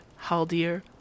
Haldir